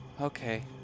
Okay